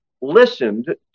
listened